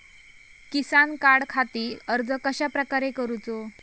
किसान कार्डखाती अर्ज कश्याप्रकारे करूचो?